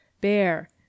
Bear